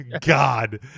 God